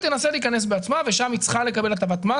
היא תנסה להיכנס בעצמה ושם היא צריכה לקבל הטבת מס